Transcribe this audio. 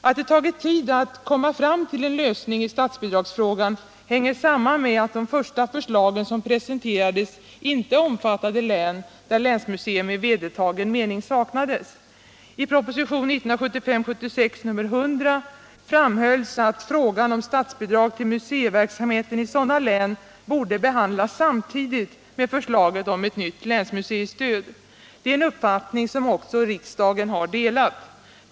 Att det tagit tid att komma fram till en lösning i statsbidragsfrågan hänger samman med att de första förslagen som presenterades inte omfattade län där länsmuseum i vedertagen mening saknades. I proposition 1975/76:100 framhölls att frågan om statsbidrag till museiverksamheten i sådana län borde behandlas samtidigt med förslaget om ett nytt länsmuseistöd. Det är en uppfattning som också riksdagen har delat.